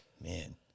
Man